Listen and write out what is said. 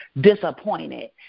disappointed